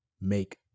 make